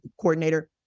coordinator